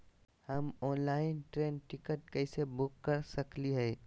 हम online train ticket कैसे book कर सकली हई?